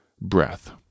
breath